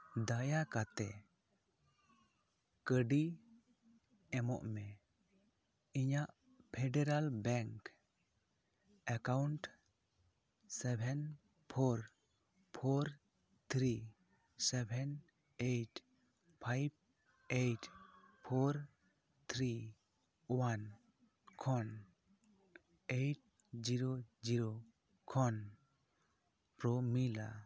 ᱫᱟᱭᱟᱠᱟᱛᱮ ᱠᱟᱹᱰᱤ ᱮᱢᱚᱜ ᱢᱮ ᱤᱧᱟᱹᱜ federal bank account seven four four three seven eight five eight four three one ᱠᱷᱚᱱ ᱟᱴᱥᱚ ᱮᱭᱤᱴ ᱡᱤᱨ ᱡᱤᱨᱳ ᱠᱷᱚᱱ ᱯᱨᱚᱢᱤᱞᱟ